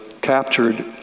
captured